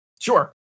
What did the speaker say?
Sure